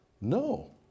No